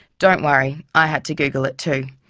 don't worry i had to google it too,